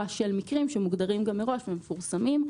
של מקרים שמוגדרים מראש ומפורסמים.